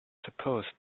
supposed